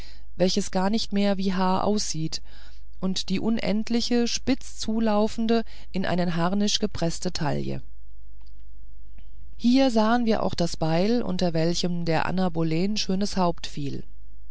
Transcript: welches gar nicht mehr wie haar aussieht und die unendliche spitzig zulaufende in einen harnisch gepreßte taille hier sahen wir auch das beil unter welchem der anna boleyn schönes